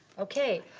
okay,